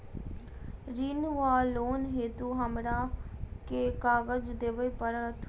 ऋण वा लोन हेतु हमरा केँ कागज देबै पड़त?